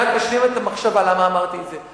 אני רק אשלים את המחשבה, למה אמרתי את זה.